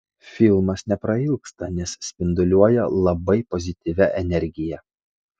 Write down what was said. filmas neprailgsta nes spinduliuoja labai pozityvia energija